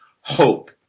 hope